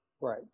Right